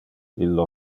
illo